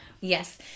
yes